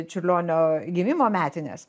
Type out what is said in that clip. čiurlionio gimimo metines